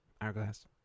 Hourglass